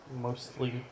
mostly